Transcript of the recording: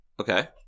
Okay